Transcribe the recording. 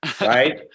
Right